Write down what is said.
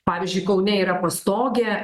pavyzdžiui kaune yra pastogė